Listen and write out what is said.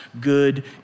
good